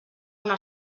una